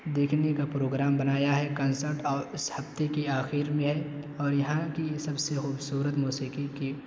دیکھنے کا پروگرام بنایا ہے کنسلٹ اور اس ہفتے کے اخیر میں ہے اور یہاں کی سب سے خوبصورت موسیقی کی